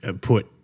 put